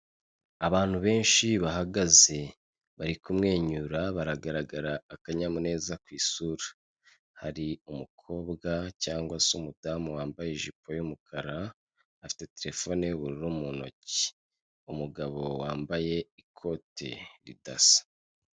Abantu benshi bahagaze, bari kumwenyura baragaragara akanyamuneza ku isura, hari umukobwa cyangwa se umudamu wambaye ijipo y'umukara, afite telefone y'ubururu mu ntoki, umugabo wambaye ikote ridasa.